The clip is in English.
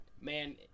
man